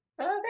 Okay